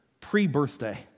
pre-birthday